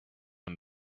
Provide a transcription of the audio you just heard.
and